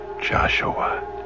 Joshua